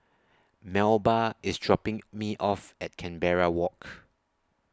Melba IS dropping Me off At Canberra Walk